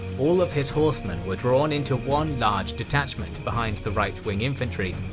all of his horsemen were drawn into one large detachment behind the right-wing infantry,